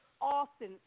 often